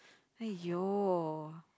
!aiyo!